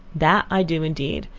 that i do indeed.